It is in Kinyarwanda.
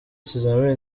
ikizamini